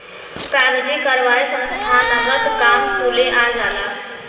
कागजी कारवाही संस्थानगत काम कुले आ जाला